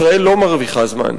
ישראל לא מרוויחה זמן,